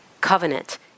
covenant